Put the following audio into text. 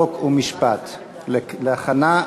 חוק ומשפט נתקבלה.